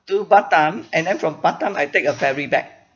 to batam and then from batam I take a ferry back